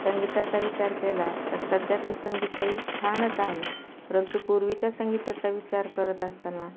संगीताचा विचार केला तर सध्याचं संगीतही छानच आहे परंतु पूर्वीच्या संगीताचा विचार करत असताना